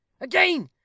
Again